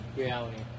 reality